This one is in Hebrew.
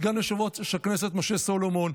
סגן יושב-ראש הכנסת משה סולומון,